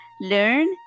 learn